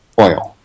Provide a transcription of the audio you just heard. oil